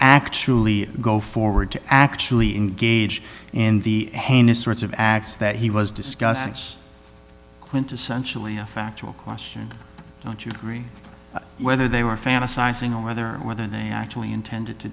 actually go forward to actually engage in the hands sorts of acts that he was discuss quintessentially a factual question don't you agree whether they were fantasizing or whether whether they actually intended to